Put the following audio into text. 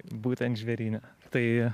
būtent žvėryne tai